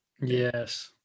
Yes